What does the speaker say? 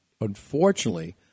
unfortunately